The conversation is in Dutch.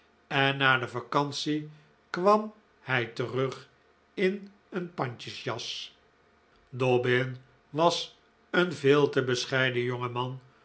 en na de vacantie kwam hij terug in een pandjesjas dobbin was een veel te bescheiden jonge man